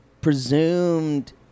presumed